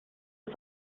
ist